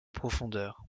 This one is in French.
profondeur